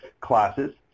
classes